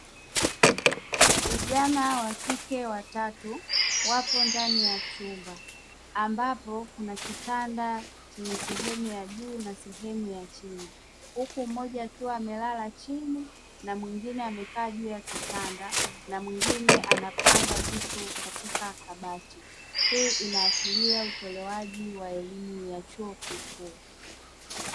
Vijana wakike watatu wapo ndani ya chumba, ambapo kuna kitanda chenye sehemu ya juu na chini, huku mmoja akiwa amelala chini na mwingine amekaa juu ya kitanda na mwingine anapanga vitu katika kabati. Hii inaashiria utolewaji wa elimu ya chuo kikuu.